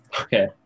Okay